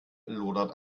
lodert